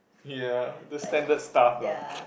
ya the standard stuff lah